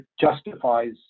justifies